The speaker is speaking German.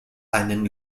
einen